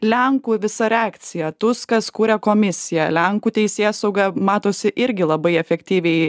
lenkų visa reakcija tuskas kuria komisiją lenkų teisėsauga matosi irgi labai efektyviai